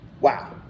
Wow